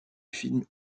film